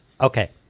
Okay